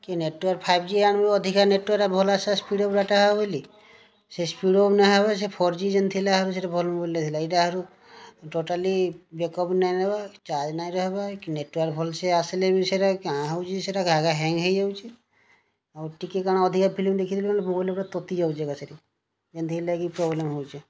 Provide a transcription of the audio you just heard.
କି network five G ଆଣିବ ଅଧିକା ନେଟ୍ୱାର୍କ ଏଇଟା ଭଲ ଆଶା ସ୍ପିଡ଼୍ ଡାଟା ହେବ ବୋଲି ସେ ସ୍ପିଡ଼୍ ବି ନାହିଁ ହେବାର ସେ ଫୋର୍ ଜି ଯେଉଁ ଥିଲା ସେଇଟା ଭଲ ମୋବାଇଲ୍ଟିଏ ଥିଲା ଏଇଟା ଆହୁରି ଟୋଟାଲି ବ୍ୟାକ୍ଅପ୍ ନାହିଁ ନେବା ଚାର୍ଜ୍ ନାହିଁ ରହିବା କି ନେଟ୍ୱାର୍କ ଭଲ ସେ ଆସିଲେବି ସେଇଟା କ'ଣ ହେଉଛି ସେଇଟା ହ୍ୟାଙ୍ଗ୍ ହୋଇଯାଉଛି ଆଉ ଟିକିଏ କ'ଣ ଅଧିକ ଫିଲ୍ମ ଦେଖିଦେଲି ବୋଇଲେ ମୋବାଇଲ୍ ପୁରା ତାତି ଯାଉଛି ଏକା ସେଠି ଏମିତି ଏହି ଲାଗି ପ୍ରୋବ୍ଲେମ୍ ହେଉଛି